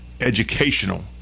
educational